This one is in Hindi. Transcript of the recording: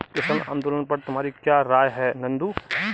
किसान आंदोलन पर तुम्हारी क्या राय है नंदू?